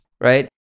Right